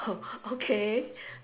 oh okay